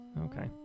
Okay